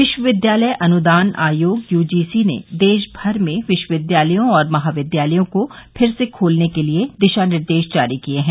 विश्वविद्यालय अनुदान आयोग यूजीसी ने देशभर में विश्वविद्यालयों और महाविद्यालयों को फिर से खोलने के लिए दिशा निर्देश जारी किये हैं